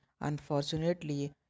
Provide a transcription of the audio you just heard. Unfortunately